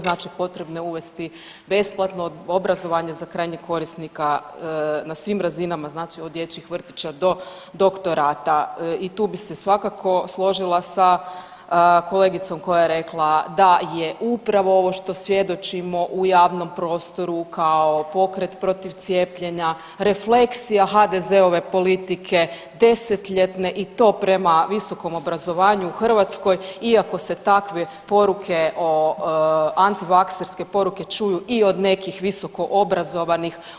Znači, potrebno je uvesti besplatno obrazovanje za krajnjeg korisnika na svim razinama, znači od dječjih vrtića do doktorata i tu bih se svakako složila sa kolegicom koja je rekla da je upravo ovo što svjedočimo u javnom prostoru kao pokret protiv cijepljenja, refleksija HDZ-ove politike desetljetne i to prema visokom obrazovanju u Hrvatskoj, iako se takve poruke, anti vakserske poruke čuju i od nekih visoko obrazovanih.